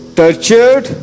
tortured